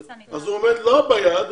אז הוא עומד לא ביעד,